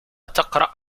تقرأ